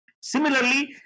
Similarly